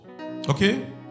Okay